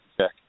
check